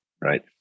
right